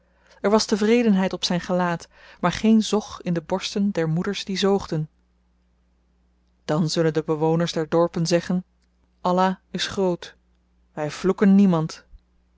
er was tevredenheid op zyn gelaat maar geen zog in de borsten der moeders die zoogden dan zullen de bewoners der dorpen zeggen allah is groot wy vloeken niemand